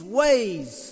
ways